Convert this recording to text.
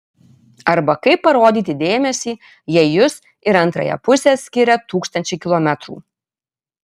arba kaip parodyti dėmesį jei jus ir antrąją pusę skiria tūkstančiai kilometrų